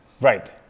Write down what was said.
Right